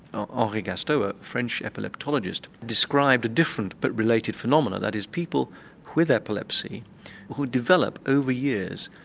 henri gastaut, a french epileptologist, described a different but related phenomenon, that is, people with epilepsy who develop over years,